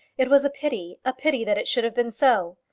it was a pity a pity that it should have been so!